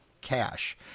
Cash